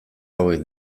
hauek